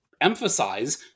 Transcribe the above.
emphasize